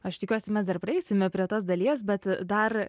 aš tikiuosi mes dar prieisime prie tos dalies bet dar